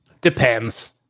Depends